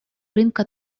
рынка